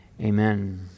Amen